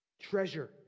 treasure